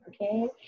okay